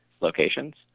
locations